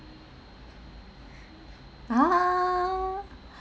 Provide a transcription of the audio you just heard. ha